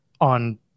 on